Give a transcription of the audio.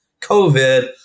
COVID